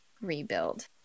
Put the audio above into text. rebuild